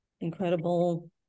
incredible